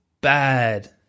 bad